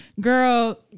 Girl